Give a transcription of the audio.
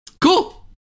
Cool